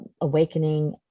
awakening